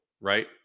right